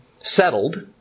settled